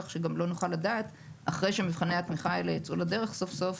כך שגם לא נוכל לדעת אחרי שמבחני התמיכה האלה ייצאו לדרך סוף סוף,